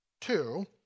Two